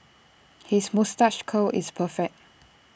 his moustache curl is perfect